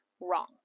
wrong